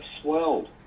swelled